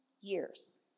years